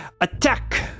attack